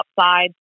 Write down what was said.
outside